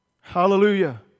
Hallelujah